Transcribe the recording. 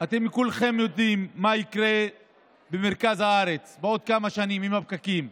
אתם כולכם יודעים מה יקרה במרכז הארץ בעוד כמה שנים עם הפקקים,